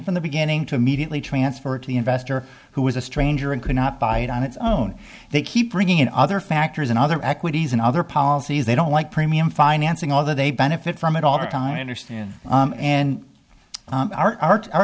from the beginning to immediately transfer to the investor who was a stranger and could not buy it on its own they keep bringing in other factors and other equities and other policies they don't like premium financing although they benefit from it all the time i understand and art art o